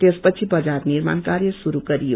त्यपछि बजार निर्माण कार्य श्रूरू गरियो